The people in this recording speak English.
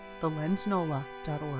thelensnola.org